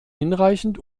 hinreichend